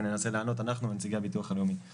ואנחנו ונציגי הביטוח הלאומי ננסה לענות.